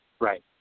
Right